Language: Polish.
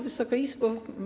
Wysoka Izbo!